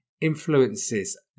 influences